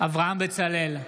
אברהם בצלאל,